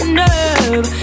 nerve